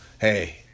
hey